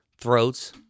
throats